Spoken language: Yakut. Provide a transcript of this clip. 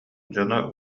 дьоно